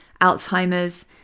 Alzheimer's